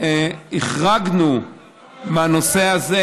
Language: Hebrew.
החרגנו מהנושא הזה